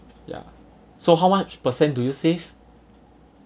ya so how much percent do you save